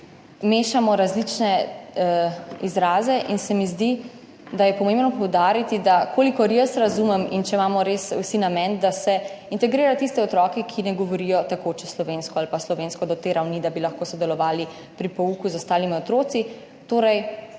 Mešamo različne izraze in se mi zdi, da je pomembno poudariti, kolikor jaz razumem in če imamo res vsi namen, da se integrira tiste otroke, ki ne govorijo tekoče slovensko ali pa slovensko do te ravni, da bi lahko sodelovali pri pouku z ostalimi otroki,